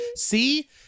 see